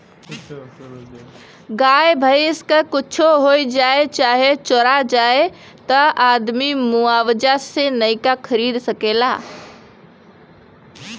गाय भैंस क कुच्छो हो जाए चाहे चोरा जाए त आदमी मुआवजा से नइका खरीद सकेला